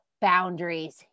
boundaries